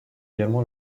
également